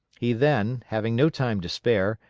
he then, having no time to spare,